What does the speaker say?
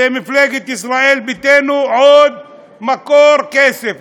למפלגת ישראל ביתנו עוד מקור כסף,